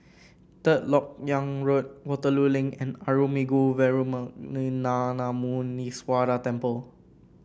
Third LoK Yang Road Waterloo Link and Arulmigu Velmurugan Gnanamuneeswarar Temple